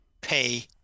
pay